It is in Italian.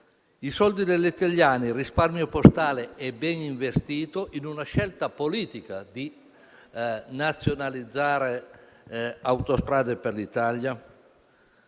I soldi degli italiani, il risparmio postale è ben investito nella scelta politica di nazionalizzare Autostrade per l'Italia?